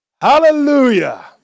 Hallelujah